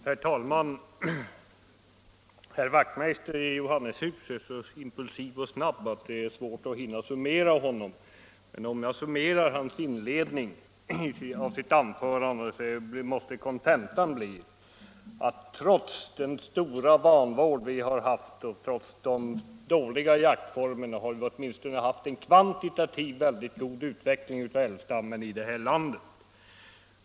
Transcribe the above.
Herr talman! Herr Wachtmeister i Johannishus är så impulsiv och snabb att det är svårt att hinna summera honom. Men om jag summerar inledningen av hans anförande måste kontentan bli, att trots den stora vanvård och de dåliga jaktformer vi har haft har vi ändå haft en kvantitativt sett väldigt god utveckling av älgstammen i det här landet.